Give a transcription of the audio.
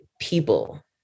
people